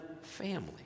family